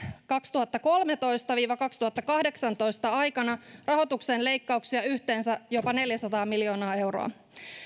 kaksituhattakolmetoista viiva kaksituhattakahdeksantoista aikana rahoituksen leikkauksia yhteensä jopa neljäsataa miljoonaa euroa